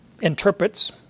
interprets